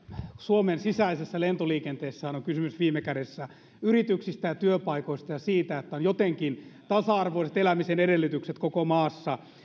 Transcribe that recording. suomen sisäisessä lentoliikenteessähän on kysymys viime kädessä yrityksistä ja työpaikoista ja siitä että on jotenkin tasa arvoiset elämisen edellytykset koko maassa